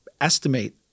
estimate